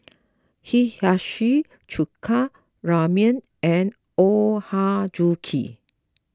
Hiyashi Chuka Ramyeon and Ochazuke